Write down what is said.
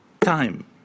time